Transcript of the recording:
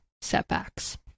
setbacks